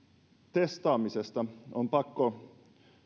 testaamisesta on pakko